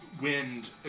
wind